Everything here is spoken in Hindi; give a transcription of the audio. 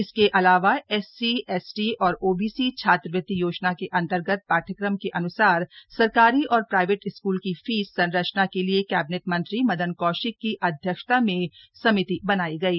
इसके अलावाएससी एसटी और ओबीसी छात्रवृति योजना के अंतर्गत पाठ्यक्रम के अनुसार सरकारी एवं प्राइवेट स्कूल की फीस संरचना के लिये कैबिनेट मंत्री मदन कौशिक की अध्यक्षता में समिति बनाई गयी